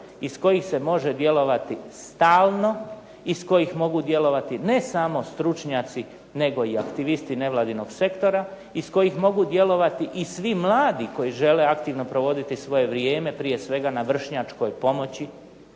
iz kojih se može djelovati stalno, iz kojih mogu djelovati ne samo stručnjaci nego i aktivisti nevladinog sektora, iz kojih mogu djelovati i svi mladi koji žele aktivno provoditi svoje vrijeme, prije svega na vršnjačkoj pomoći,